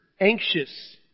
anxious